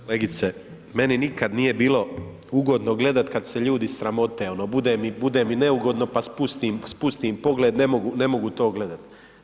Kolegice, meni nikad nije bilo ugodno gledati kada se ljudi sramote, bude mi neugodno pa spustim pogled ne mogu to gledati.